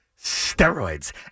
steroids